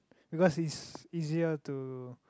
because it's easier to